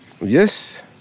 Yes